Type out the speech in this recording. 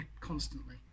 constantly